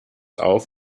auf